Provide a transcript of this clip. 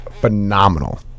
phenomenal